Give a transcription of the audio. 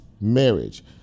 marriage